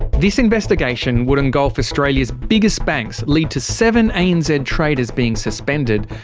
this investigation would engulf australia's biggest banks, lead to seven anz and traders being suspended,